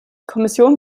kommission